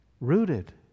rooted